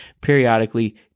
periodically